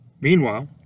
Meanwhile